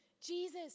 Jesus